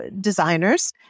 designers